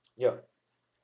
ya